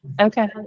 Okay